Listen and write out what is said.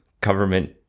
government